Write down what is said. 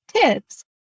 tips